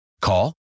Call